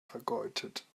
vergeudet